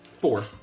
four